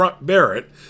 Barrett